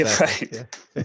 right